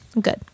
Good